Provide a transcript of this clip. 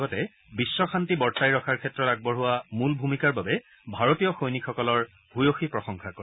লগতে বিশ্বশান্তি বৰ্তাই ৰখাৰ ক্ষেত্ৰত আগবঢ়োৱা মূল ভূমিকাৰ বাবে ভাৰতীয় সৈনিকসকলৰ ভূয়সী প্ৰশংসা কৰে